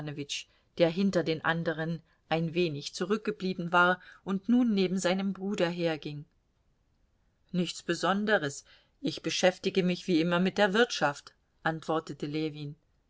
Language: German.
der hinter den anderen ein wenig zurückgeblieben war und nun neben seinem bruder herging nichts besonderes ich beschäftige mich wie immer mit der wirtschaft antwortete ljewin